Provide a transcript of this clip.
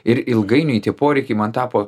ir ilgainiui tie poreikiai man tapo